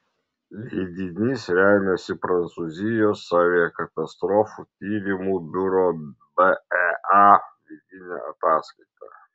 leidinys remiasi prancūzijos aviakatastrofų tyrimų biuro bea vidine ataskaita